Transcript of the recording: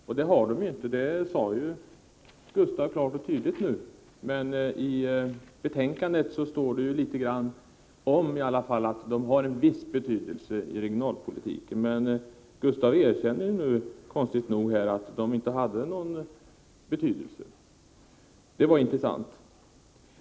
Och att de inte har det sade Gustav Persson nu klart och tydligt. Men i betänkandet står det litet grand om att de i alla fall har en viss betydelse i regionalpolitiken. Gustav Persson erkände emellertid nu, konstigt nog, att de inte har någon betydelse. Det var intressant.